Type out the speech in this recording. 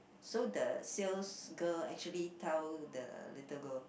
so the sales girl actually tell the little girl